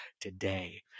today